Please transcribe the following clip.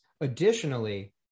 Additionally